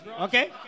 Okay